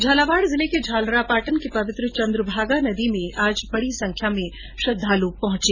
झालावाड़ जिले के झालरापाटन के पवित्र चंद्रभागा नदी में भी बडी संख्या में श्रद्वाल पहुंचे